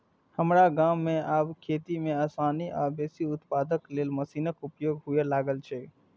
हमरा गाम मे आब खेती मे आसानी आ बेसी उत्पादन लेल मशीनक उपयोग हुअय लागल छै